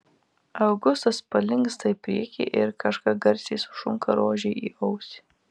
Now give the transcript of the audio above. augustas palinksta į priekį ir kažką garsiai sušunka rožei į ausį